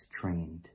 trained